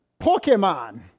Pokemon